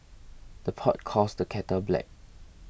the pot calls the kettle black